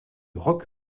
rock